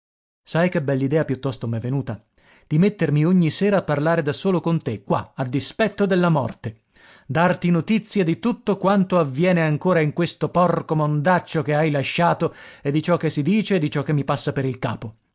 sai che bell'idea piuttosto m'è venuta di mettermi ogni sera a parlare da solo con te qua a dispetto della morte darti notizia di tutto quanto avviene ancora in questo porco mondaccio che hai lasciato e di ciò che si dice e di ciò che mi passa per il capo